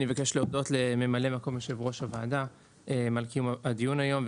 אני מבקש להודות לממלא-מקום יושב-ראש הוועדה על קיום הדיון היום,